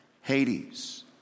Hades